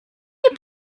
you